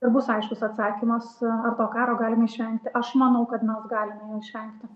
ir bus aiškus atsakymas ar to karo galime išvengti aš manau kad mes galime jo išvengti